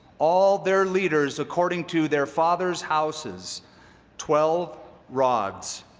all their leaders according to their fathers' houses twelve rods.